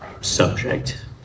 subject